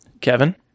Kevin